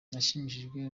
nashimishijwe